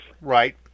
Right